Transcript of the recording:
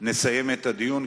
נסיים את הדיון,